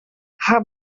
her